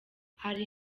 hari